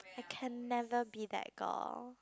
I can never be that girl